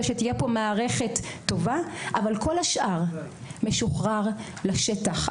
שתהיה פה מערכת טובה אבל כל השאר משוחרר לשטח.